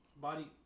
body